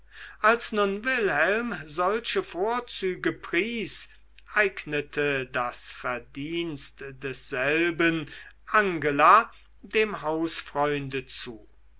als nun wilhelm solche vorzüge pries eignete das verdienst derselben angela dem hausfreunde zu